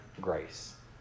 grace